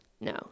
No